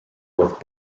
with